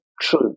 true